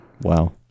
Wow